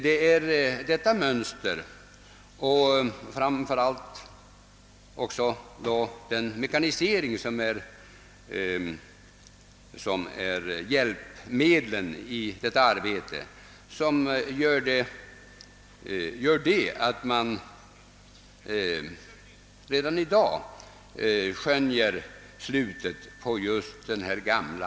Det är framför allt mekaniseringen som formar det nya mönstret och som gör att man redan i dag skönjer slutet på det gamla.